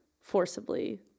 forcibly